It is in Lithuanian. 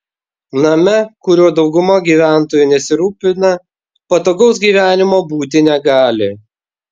name kuriuo dauguma gyventojų nesirūpina patogaus gyvenimo būti negali